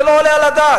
זה לא עולה על הדעת,